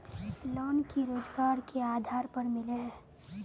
Loan की रोजगार के आधार पर मिले है?